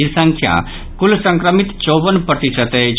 ई संख्या कुल संक्रमितक चौवन प्रतिशत अछि